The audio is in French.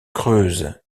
creuse